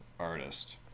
artist